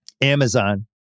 Amazon